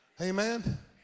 Amen